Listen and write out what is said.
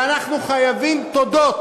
ואנחנו חייבים תודות,